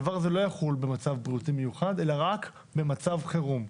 הדבר הזה לא יחול במצב בריאותי מיוחד אלא רק במצב חירום.